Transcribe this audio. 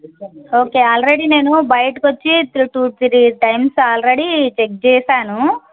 okay already నేను బయటికి వచ్చి three two three times already check చేసాను